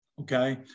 okay